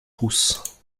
rousse